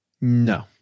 No